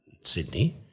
Sydney